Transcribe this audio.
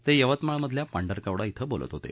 ते यवतमाळमधल्या पांढरकवडा झें बोलत होते